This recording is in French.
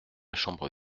chambre